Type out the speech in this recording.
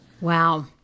Wow